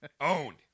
Owned